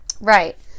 right